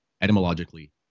etymologically